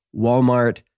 Walmart